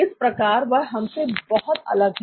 इस प्रकार वह हमसे बहुत अलग हैं